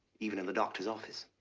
even in the doctor's office.